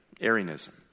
Arianism